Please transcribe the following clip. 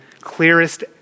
clearest